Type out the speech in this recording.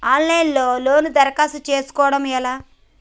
Of line లో loan దరఖాస్తు చేసుకోవడం ఎలా?